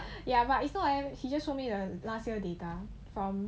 ya but it's not leh he just show me the last year data from